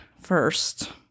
first